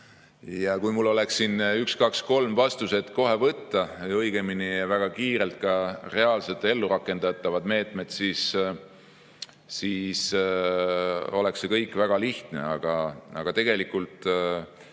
Ja kui mul oleks siin üks-kaks-kolm vastused kohe võtta, õigemini väga kiirelt ka reaalselt ellu rakendatavad meetmed, siis oleks ju kõik väga lihtne. Aga tegelikult